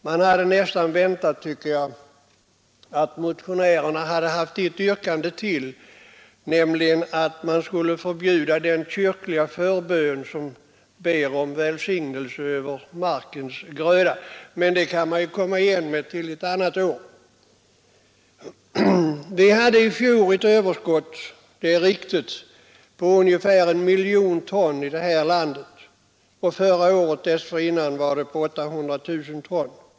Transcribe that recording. Jag hade nästan väntat att motionärerna skulle ha haft ett yrkande till, nämligen förbud mot den kyrkliga förbönen om välsignelse över markens gröda — men det yrkandet kan de ju komma med ett annat år. Vi hade i fjol i det här landet ett överskott av spannmål — det är riktigt — på ungefär 1 miljon ton. Året dessförinnan var överskottet 800 000 ton.